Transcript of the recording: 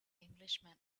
englishman